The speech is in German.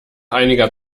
einiger